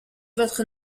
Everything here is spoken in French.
votre